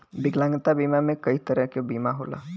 विकलांगता बीमा में कई तरे क बीमा होला